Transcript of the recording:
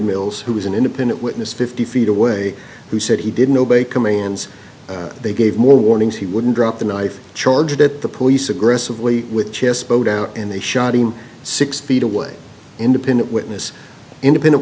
mills who was an independent witness fifty feet away who said he didn't obey commands they gave more warnings he wouldn't drop the knife charge that the police aggressively with chest bowed down and they shot him six feet away independent witness independent